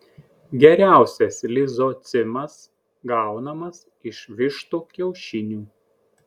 geriausias lizocimas gaunamas iš vištų kiaušinių